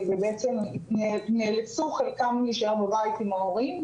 חלקם נאלצו להישאר בבית עם ההורים,